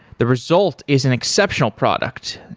the result is an exceptional product.